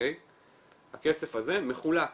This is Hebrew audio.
הכסף הזה מחולק.